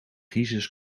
crisis